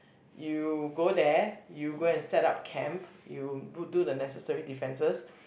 you go there you go and set up camp you do the necessary defences